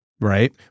Right